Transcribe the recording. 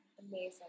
Amazing